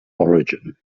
origin